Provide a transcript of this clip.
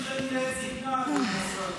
אל תשליכני לעת זקנה, כבוד השר.